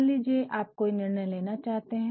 मान लीजिये आप कोई निर्णय लेना चाहते है